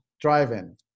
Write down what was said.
drive-in